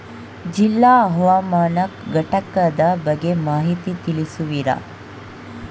ಜಿಲ್ಲಾ ಹವಾಮಾನ ಘಟಕದ ಬಗ್ಗೆ ಮಾಹಿತಿ ತಿಳಿಸುವಿರಾ?